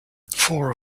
four